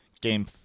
game